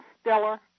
stellar